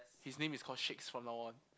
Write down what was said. his name is called shakes from now on